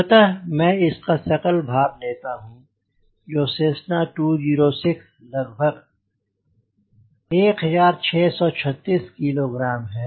अतः मैं इसका सकल भार लेता हूँ जो कि सेस्सना 206 लगभग 1636 kg है